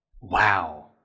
Wow